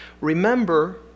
remember